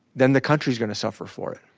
then the country is going to suffer for it.